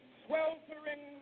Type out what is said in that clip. sweltering